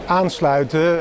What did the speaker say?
aansluiten